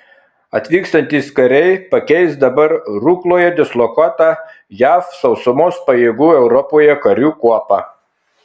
atvykstantys kariai pakeis dabar rukloje dislokuotą jav sausumos pajėgų europoje karių kuopą